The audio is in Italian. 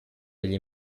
degli